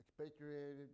expatriated